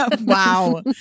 Wow